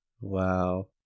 Wow